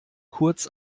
kurz